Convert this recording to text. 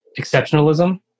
exceptionalism